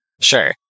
Sure